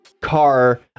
Car